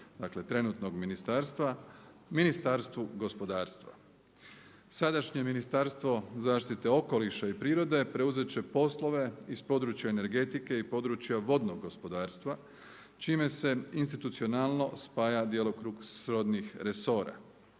dakle trenutnog ministarstva Ministarstvu gospodarstva. Sadašnje Ministarstvo zaštite okoliša i prirode preuzet će poslove iz područja energetike i područja vodnog gospodarstva čime se institucionalno spaja djelokrug srodnih resora.